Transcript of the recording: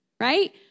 right